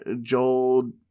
Joel